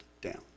down